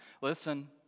Listen